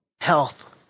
Health